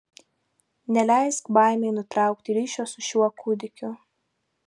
neleisk baimei nutraukti ryšio su šiuo kūdikiu